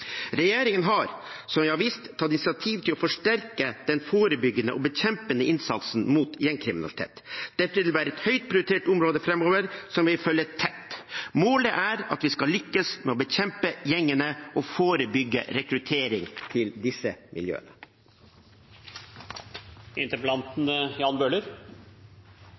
Regjeringen har, som jeg har vist til, tatt initiativ til å forsterke den forebyggende og bekjempende innsatsen mot gjengkriminalitet. Dette vil være et høyt prioritert område fremover, som vi vil følge tett. Målet er at vi skal lykkes med å bekjempe gjengene og forebygge rekruttering til disse